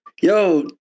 yo